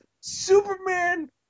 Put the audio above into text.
Superman